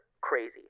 crazy